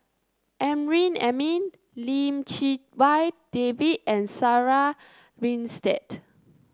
Amrin Amin Lim Chee Wai David and Sarah Winstedt